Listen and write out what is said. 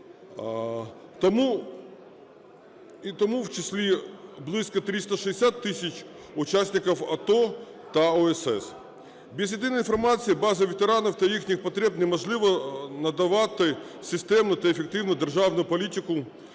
Тому в числі близько 360 тисяч учасників АТО та ОСС. Без єдиної інформаційної бази ветеранів та їхніх потреб неможливо надавати системну та ефективну державну політику…